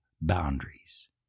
boundaries